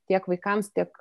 tiek vaikams tiek